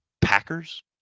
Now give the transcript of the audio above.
Packers